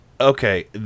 okay